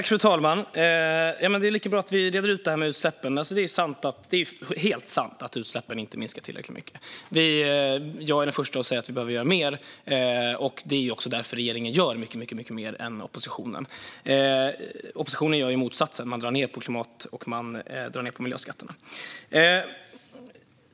Fru talman! Det är lika bra att vi reder ut detta med utsläppen. Det är helt sant att utsläppen inte minskar tillräckligt mycket. Jag är den första att säga att vi behöver göra mer, och det är också därför regeringen gör mycket mer än oppositionen. Oppositionen gör motsatsen och drar ned på klimat och miljöskatterna.